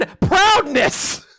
proudness